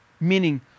Meaning